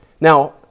Now